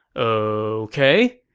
oh, ok.